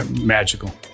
magical